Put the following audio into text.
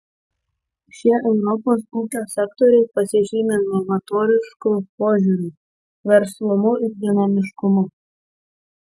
šie europos ūkio sektoriai pasižymi novatorišku požiūriu verslumu ir dinamiškumu